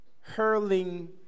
hurling